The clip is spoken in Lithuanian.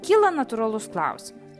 kyla natūralus klausimas